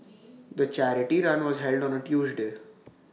the charity run was held on A Tuesday